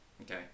Okay